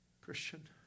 Christian